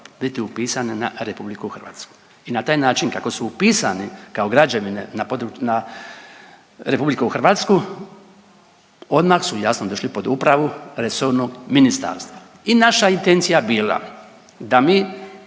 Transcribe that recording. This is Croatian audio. biti upisane na Republiku Hrvatsku. I na taj način kako su upisani kao građevine na Republiku Hrvatsku odmah su jasno došli pod upravu resornog ministarstva. I naša je intencija bila da mi